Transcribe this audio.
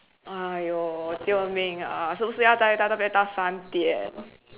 !aiyo! 救命啊是不是要待到这边到三点